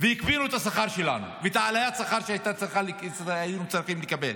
והקפאנו את השכר שלנו ואת עליית השכר שהיינו צריכים לקבל.